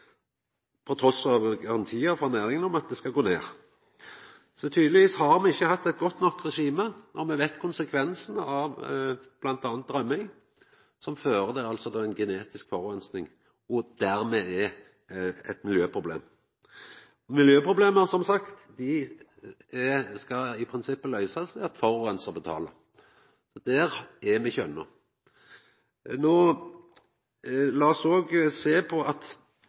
av garantiar frå næringa om at det skulle gå ned. Så me har tydelegvis ikkje hatt eit godt nok regime, og me veit om konsekvensane av bl.a. rømming, som altså fører til ei genetisk forureining og dermed er eit miljøproblem. Miljøproblem skal som sagt i prinsippet løysast ved at forureinaren betalar. Der er me ikkje enno. Lat oss òg sjå på